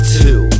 two